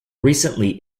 recently